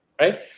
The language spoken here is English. right